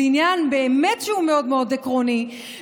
זה עניין שהוא באמת מאוד מאוד עקרוני.